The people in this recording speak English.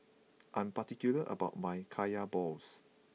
I'm particular about my Kaya Balls